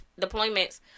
deployments